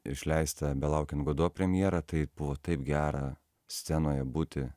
išleistą belaukiant godo premjerą taip pat taip gera scenoje būti